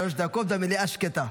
בבקשה, לרשותך שלוש דקות והמליאה שקטה.